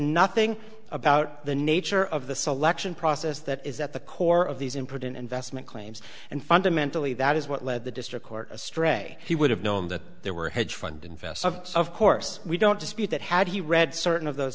nothing about the nature of the selection process that is at the core of these imprudent investment claims and fundamentally that is what led the district court astray he would have known that they were hedge fund investor of course we don't dispute that had he read certain of those